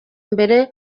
mbere